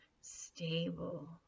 stable